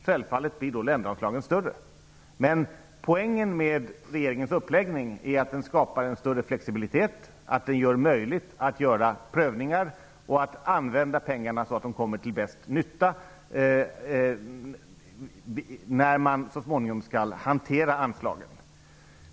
Självfallet blir då länderanslagen större, men poängen med regeringens uppläggning är att den skapar en större flexibilitet. Den gör det möjligt att göra prövningar och att använda pengarna så, att de kommer till bäst nytta när anslagen så småningom skall hanteras.